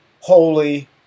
holy